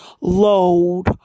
load